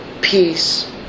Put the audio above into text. peace